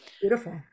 Beautiful